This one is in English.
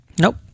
Nope